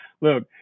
look